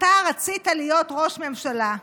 אתה רצית להיות ראש ממשלה,